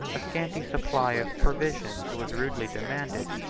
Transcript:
a scanty supply of provisions was rudely demanded,